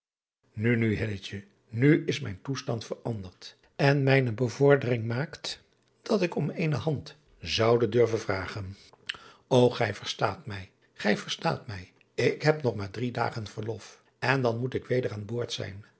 u nu nu is mijn toestand veranderd en mijne bevordering maakt dat ik om eene hand zou durven vragen o gij verstaat mij gij verstaat mij k heb nog maar drie dagen verlof en dan moet ik weder aan boord zijn